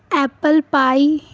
apple pie